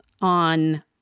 on